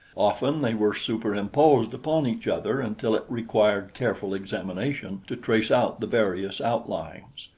often they were super-imposed upon each other until it required careful examination to trace out the various outlines.